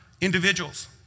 individuals